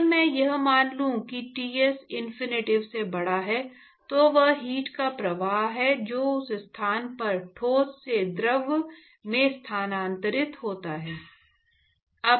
अगर मैं यह मान लूं कि Ts Tinfinity से बड़ा है तो वह हीट का प्रवाह है जो उस स्थान पर ठोस से द्रव में स्थानांतरित होता है